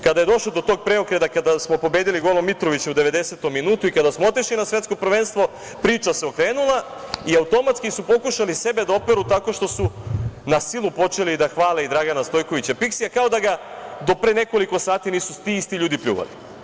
Kada je došlo do tog preokreta, kada smo pobedili golom Mitrovića u 90-om minutu i kada smo otišli na svetsko prvenstvo, priča se okrenula i automatski su pokušali sebe da opere tako što su na silu počeli da hvale i Dragana Stojkovića Piksija, kao da ga do pre nekoliko sati nisu ti isti ljudi pljuvali.